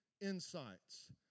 insights